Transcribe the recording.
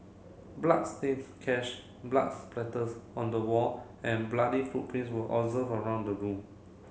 bloodstained cash blood splatters on the wall and bloody footprints were observed around the room